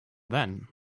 then